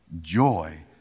joy